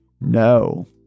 no